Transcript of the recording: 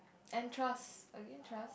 and trust again trust